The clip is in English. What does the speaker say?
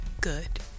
good